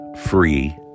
free